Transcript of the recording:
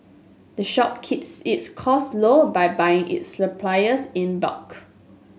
the shop keeps its costs low by buying its supplies in bulk